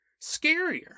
scarier